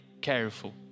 careful